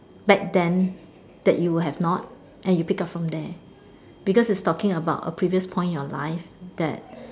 back then that you will have not and you pick up from there because it's talking about a previous point in your life that